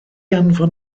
anfon